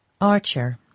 ARCHER